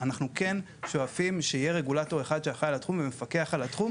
אנחנו כן שואפים לכך שיהיה רגולטור אחד שאחראי על התחום ומפקח עליו,